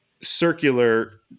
circular